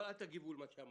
אבל אל תגיבו על מה שאמרתי.